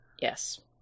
Yes